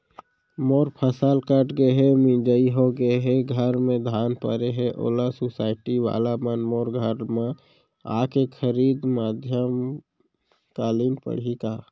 मोर फसल कट गे हे, मिंजाई हो गे हे, घर में धान परे हे, ओला सुसायटी वाला मन मोर घर म आके खरीद मध्यकालीन पड़ही का?